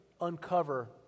uncover